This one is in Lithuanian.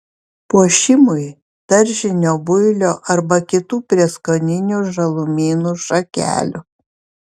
puošimui daržinio builio arba kitų prieskoninių žalumynų šakelių